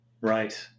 Right